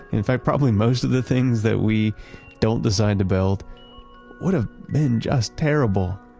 in fact, probably most of the things that we don't decide to build would have been just terrible.